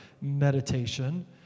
meditation